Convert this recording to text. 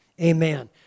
amen